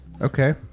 Okay